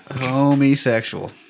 Homosexual